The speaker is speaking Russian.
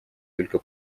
только